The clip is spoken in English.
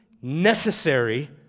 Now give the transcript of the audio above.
necessary